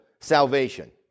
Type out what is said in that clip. salvation